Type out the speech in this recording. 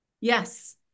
Yes